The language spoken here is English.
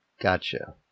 Gotcha